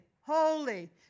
holy